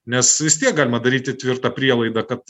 nes vis tiek galima daryti tvirtą prielaidą kad